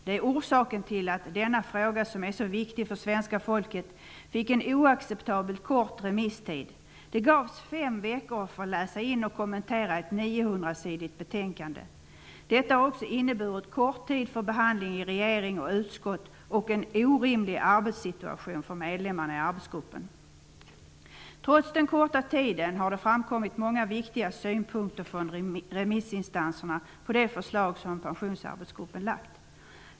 Det är också orsaken till att denna fråga som är så viktig för svenska folket fick en oacceptabelt kort remisstid. Vi fick fem veckor på oss för att läsa in och kommentera ett 900-sidigt betänkande. Det har också inneburit en kort tid för behandling i regering och utskott samt en orimlig arbetssituation för medlemmarna i arbetsgruppen. Trots den korta tiden har det framkommit många viktiga synpunkter från remissinstanserna på det förslag som Pensionsarbetsgruppen har lagt fram.